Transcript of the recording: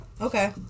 Okay